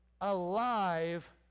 alive